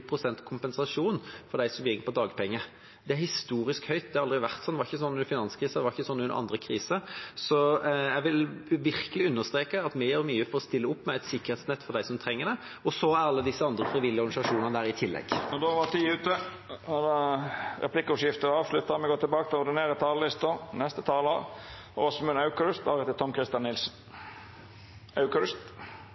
historisk høyt. Det har aldri vært sånn – det var ikke sånn under finanskrisen, det var ikke sånn under andre kriser. Så jeg vil virkelig understreke at vi gjør mye for å stille opp med et sikkerhetsnett for dem som trenger det, og så er alle disse andre, frivillige organisasjonene der i tillegg. Tida er ute. Replikkordskiftet er avslutta. I disse koronatider bør alle være takknemlige for at fellesskapet i Norge er så sterkt, at det